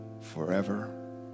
forever